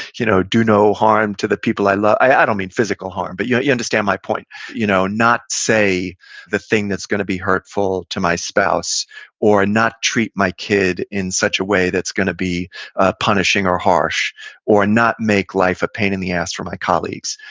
you know do no harm to the people i, like i don't mean physical harm, but you understand my point you know not say the thing that's going to be hurtful to my spouse or not treat my kid in such a way that's going to be ah punishing or harsh or not make life a pain in the ass for my colleagues.